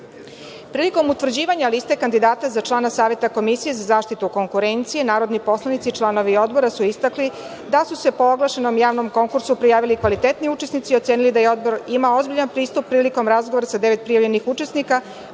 utvrđivanja liste kandidata za člana Saveta Komisije za zaštitu konkurencije, narodni poslanici članovi Odbora su istakli da su se po oglašenom javnom konkursu prijavili kvalitetni učesnici i ocenili da Odbor ima ozbiljan pristup prilikom razgovora sa devet prijavljenih učesnika